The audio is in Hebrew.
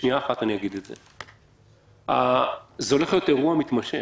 זה הולך להיות אירוע מתמשך